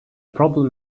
problem